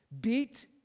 beat